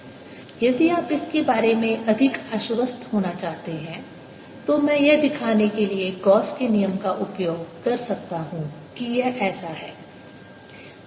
M Mδz LMδ यदि आप इसके बारे में अधिक आश्वस्त होना चाहते हैं तो मैं यह दिखाने के लिए गॉस के नियम का उपयोग कर सकता हूं कि यह ऐसा है